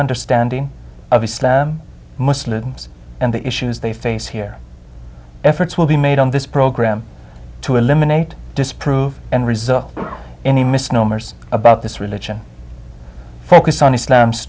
understanding of islam muslims and the issues they face here efforts will be made on this program to eliminate disapprove and result any misnomers about this religion focus on islam